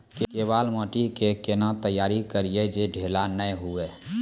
केवाल माटी के कैना तैयारी करिए जे ढेला नैय हुए?